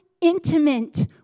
intimate